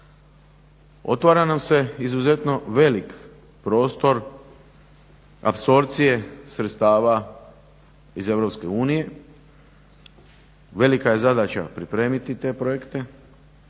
Otvara nam se izuzetno veliki prostor apsorpcije sredstava iz EU, velika je zadaća pripremiti te projekte